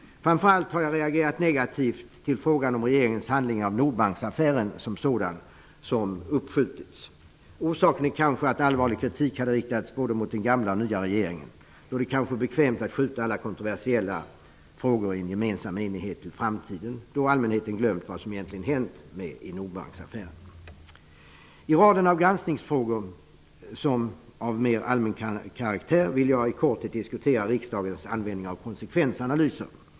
Framför allt har jag reagerat negativt mot att frågan om regeringens handläggning av Nordbanksaffären som sådan har skjutits upp. Orsaken är kanske att allvarlig kritik hade riktats både mot den gamla och den nya regeringen. Då är det kanske bekvämt att i enighet skjuta alla kontroversiella frågor på framtiden, då allmänheten glömt vad som egentligen hänt i I raden av de granskningsfrågor som kan sägas vara av mer allmän karaktär vill jag i korthet diskutera riksdagens användning av konsekvensanalyser.